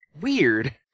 Weird